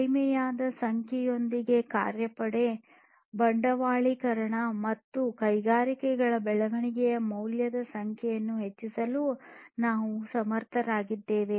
ಕಡಿಮೆಯಾದ ಸಂಖ್ಯೆಯೊಂದಿಗೆ ಕಾರ್ಯಪಡೆ ಬಂಡವಾಳೀಕರಣ ಮತ್ತು ಕೈಗಾರಿಕೆಗಳ ಬೆಳವಣಿಗೆಯ ಮೌಲ್ಯದ ಸಂಖ್ಯೆಯನ್ನು ಹೆಚ್ಚಿಸಲು ನಾವು ಸಮರ್ಥರಾಗಿದ್ದೇವೆ